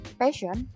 passion